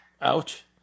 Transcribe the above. Ouch